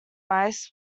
mice